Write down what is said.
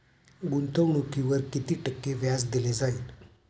गुंतवणुकीवर किती टक्के व्याज दिले जाईल?